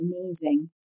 amazing